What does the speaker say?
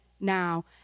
now